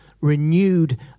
renewed